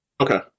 Okay